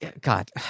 God